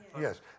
Yes